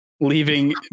leaving –